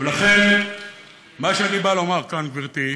ולכן מה שאני בא לומר כאן, גברתי,